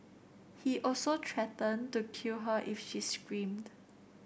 he also threatened to kill her if she screamed